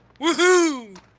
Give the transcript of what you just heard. Woohoo